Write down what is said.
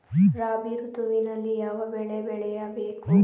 ರಾಬಿ ಋತುವಿನಲ್ಲಿ ಯಾವ ಬೆಳೆ ಬೆಳೆಯ ಬೇಕು?